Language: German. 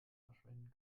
verschwinden